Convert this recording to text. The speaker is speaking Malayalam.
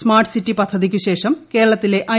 സ്മാർട്ട് സിറ്റി പദ്ധതിക്കുശേഷം കേരളത്തിലെ ഐ